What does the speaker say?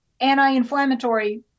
anti-inflammatory